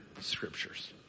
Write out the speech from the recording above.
scriptures